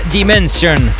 Dimension